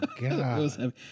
god